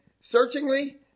searchingly